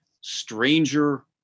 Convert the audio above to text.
stranger